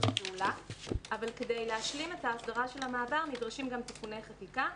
אבל כדי להשלים את ההסדרה של המעבר נדרשים גם תיקוני חקיקה,